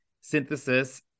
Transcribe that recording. synthesis